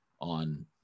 on